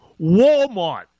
Walmart